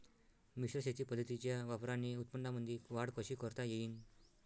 मिश्र शेती पद्धतीच्या वापराने उत्पन्नामंदी वाढ कशी करता येईन?